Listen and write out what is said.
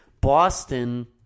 Boston